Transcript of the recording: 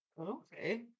Okay